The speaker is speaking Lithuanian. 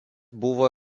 buvo